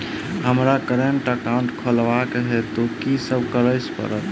हमरा current account खोलेवाक हेतु की सब करऽ पड़त?